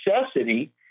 necessity